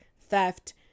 theft